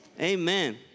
amen